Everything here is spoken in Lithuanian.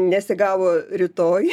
nesigavo rytoj